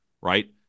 right